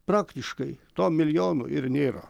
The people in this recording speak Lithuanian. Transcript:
praktiškai to milijono ir nėra